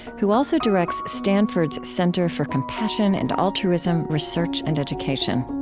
who also directs stanford's center for compassion and altruism research and education